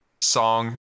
Song